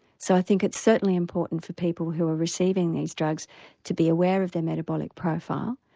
so i think it's certainly important for people who are receiving these drugs to be aware of their metabolic profile,